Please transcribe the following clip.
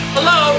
Hello